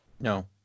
No